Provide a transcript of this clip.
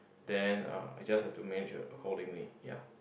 then uh I just have to measure accordingly ya